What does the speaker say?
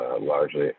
largely